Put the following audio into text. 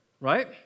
right